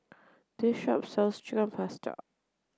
this shop sells Chicken Pasta